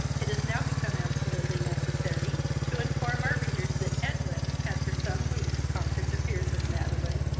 it is now become absolutely necessary to inform our readers that edwin had for some weeks conquered the fears of madeline,